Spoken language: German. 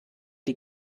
die